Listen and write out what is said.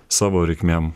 savo reikmėm